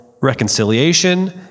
reconciliation